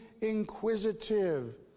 inquisitive